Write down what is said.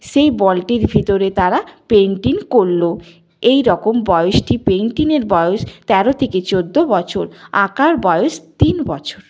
সেই বলটির ভিতরে তারা পেন্টিং করল এই রকম বয়সটি পেন্টিংয়ের বয়স তেরো থেকে চৌদ্দ বছর আঁকার বয়স তিন বছর